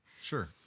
Sure